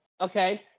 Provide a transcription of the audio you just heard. Okay